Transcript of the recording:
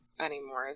anymore